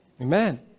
Amen